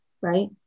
Right